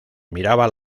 miraba